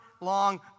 long